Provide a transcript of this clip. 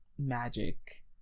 Magic